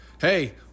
Hey